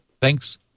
Thanks